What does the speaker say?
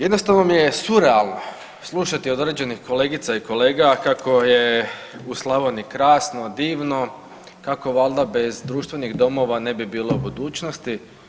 Jednostavno mi je surealno slušati od određenih kolegica i kolega kako je u Slavoniji krasno, divno, kako valjda bez društvenih domova ne bi bilo budućnosti.